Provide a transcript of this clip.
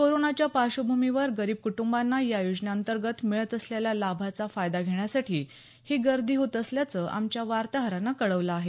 कोरोनाच्या पार्श्वभुमीवर गरीब कुटूंबाना या योजनेअंतर्गत मिळत असलेल्या लाभाचा फायदा घेण्यासाठी ही गर्दी होत असल्याचं आमच्या वार्ताहरानं कळवलं आहे